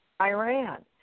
Iran